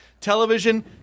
Television